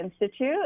Institute